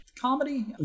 comedy